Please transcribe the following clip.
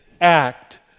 act